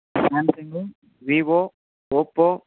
Samsung Vivo Oppo